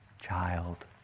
child